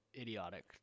idiotic